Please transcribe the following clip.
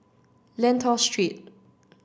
Lentor Street